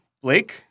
Blake